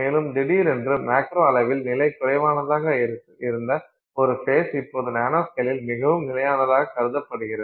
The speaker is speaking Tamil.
மேலும் திடீரென்று மேக்ரோ அளவில் நிலை குறைவானதாக இருந்த ஒரு ஃபேஸ் இப்போது நானோஸ்கேலில் மிகவும் நிலையானதாக கருதப்படுகிறது